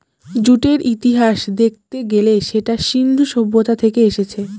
জুটের ইতিহাস দেখতে গেলে সেটা সিন্ধু সভ্যতা থেকে এসেছে